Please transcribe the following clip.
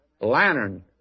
lantern